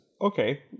okay